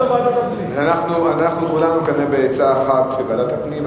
אנחנו כולנו כנראה בעצה אחת של ועדת הפנים.